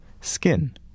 skin